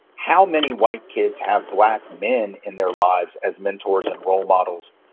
how many white kids have black men in their lives as mentors and role models,